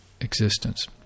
existence